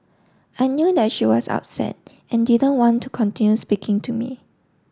I knew that she was upset and didn't want to continue speaking to me